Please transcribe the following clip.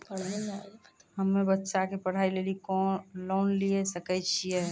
हम्मे बच्चा के पढ़ाई लेली लोन लिये सकय छियै?